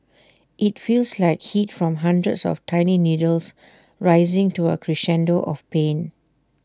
IT feels like heat from hundreds of tiny needles rising to A crescendo of pain